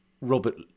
Robert